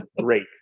great